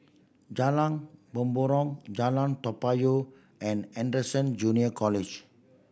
Jalan Mempurong Jalan Toa Payoh and Anderson Junior College